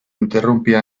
interrumpida